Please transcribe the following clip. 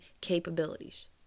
capabilities